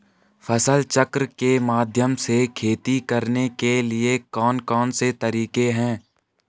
फसल चक्र के माध्यम से खेती करने के लिए कौन कौन से तरीके हैं?